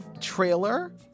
trailer